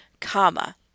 Comma